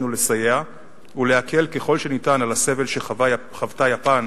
לסייע ולהקל ככל שניתן על הסבל שחוותה יפן